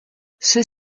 ceux